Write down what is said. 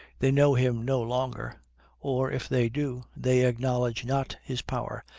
they know him no longer or, if they do, they acknowledge not his power,